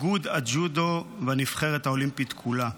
איגוד הג'ודו והנבחרת האולימפית כולה.